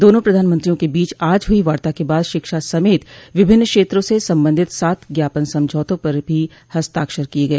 दोनों प्रधानमंत्रियों के बीच आज हुई वार्ता के बाद शिक्षा समेत विभिन्न क्षेत्रों से संबंधित सात ज्ञापन समझौतों पर भी हस्ताक्षर किये गए